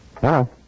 Hello